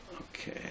Okay